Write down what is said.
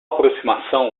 aproximação